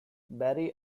barry